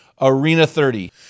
ARENA30